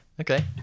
Okay